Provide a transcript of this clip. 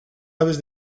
aves